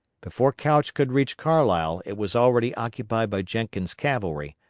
before couch could reach carlisle it was already occupied by jenkins' cavalry,